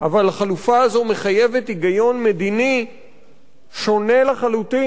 אבל החלופה הזאת מחייבת היגיון מדיני שונה לחלוטין,